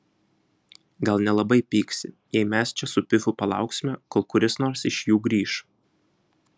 gal nelabai pyksi jei mes čia su pifu palauksime kol kuris nors iš jų grįš